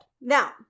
Now